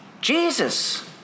Jesus